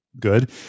good